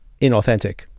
inauthentic